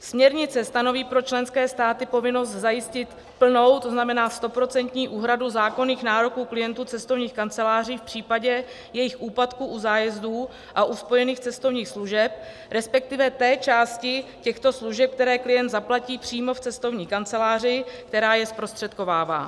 Směrnice stanoví pro členské státy povinnost zajistit plnou to znamená stoprocentní úhradu zákonných nároků klientů cestovních kanceláří v případě jejich úpadku u zájezdů a u spojených cestovních služeb, resp. té části těchto služeb, které klient zaplatí přímo cestovní kanceláři, která je zprostředkovává.